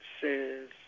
says